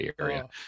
area